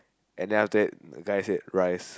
and then after that the guy said rise